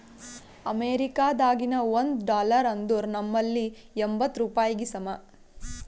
ಅಮೇರಿಕಾದಾಗಿನ ಒಂದ್ ಡಾಲರ್ ಅಂದುರ್ ನಂಬಲ್ಲಿ ಎಂಬತ್ತ್ ರೂಪಾಯಿಗಿ ಸಮ